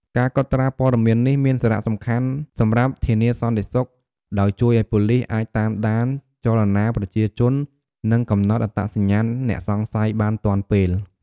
ការកត់ត្រាព័ត៌មាននេះមានសារៈសំខាន់សម្រាប់ ធានាសន្តិសុខ ដោយជួយឱ្យប៉ូលីសអាចតាមដានចលនាប្រជាជន និងកំណត់អត្តសញ្ញាណអ្នកសង្ស័យបានទាន់ពេល។